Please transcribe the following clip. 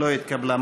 לא התקבלה.